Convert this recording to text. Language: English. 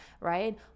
right